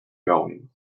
going